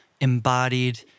embodied